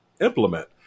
implement